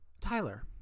Tyler